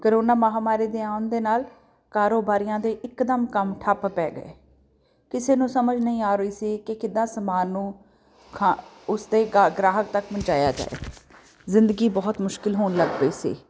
corona ਮਹਾਮਾਰੀ ਦੇ ਆਉਣ ਦੇ ਨਾਲ ਕਾਰੋਬਾਰੀਆਂ ਦੇ ਇਕਦਮ ਕੰਮ ਠੱਪ ਪੈ ਗਏ ਕਿਸੇ ਨੂੰ ਸਮਝ ਨਹੀਂ ਆ ਰਹੀ ਸੀ ਕਿ ਕਿੱਦਾਂ ਸਮਾਨ ਨੂੰ ਖਾ ਉਸਦੇ ਗਾ ਗ੍ਰਾਹਕ ਤੱਕ ਪਹੁੰਚਾਇਆ ਜਾਏ ਜ਼ਿੰਦਗੀ ਬਹੁਤ ਮੁਸ਼ਕਿਲ ਹੋਣ ਲੱਗ ਪਈ ਸੀ